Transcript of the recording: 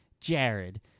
Jared